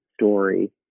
story